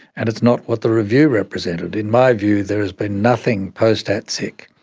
and it's not what the review represented. in my view there has been nothing, post-atsic,